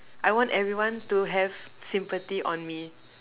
I want everyone to have sympathy on me